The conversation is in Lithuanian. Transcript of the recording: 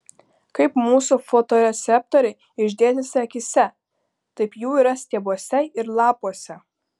kaip mūsų fotoreceptoriai išdėstyti akyse taip jų yra stiebuose ir lapuose